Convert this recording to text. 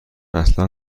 اصلا